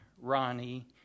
Ronnie